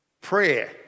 Prayer